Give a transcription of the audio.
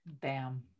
Bam